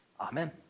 Amen